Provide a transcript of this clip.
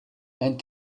and